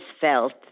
felt